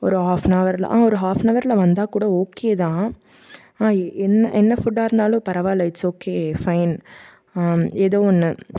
ஒரு half an அவரில் ஆ ஒரு ஹாஃப் அன் அவரில் வந்தால்கூட ஓகே தான் ஆ இ என்ன என்ன ஃபுட்டாக இருந்தாலும் பரவாயில்ல இட்ஸ் ஓகே ஃபைன் எதோ ஒன்று